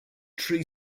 tree